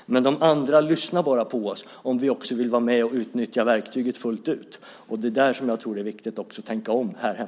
Men de andra lyssnar bara på oss om vi också vill vara med och utnyttja verktyget fullt ut. Och det är där som jag tror att det också är viktigt att tänka om här hemma i Sverige.